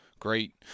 Great